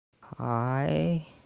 hi